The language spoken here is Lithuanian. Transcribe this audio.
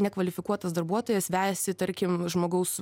nekvalifikuotas darbuotojas vejasi tarkim žmogaus